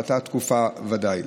באותה תקופה בוודאי.